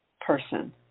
person